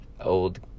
old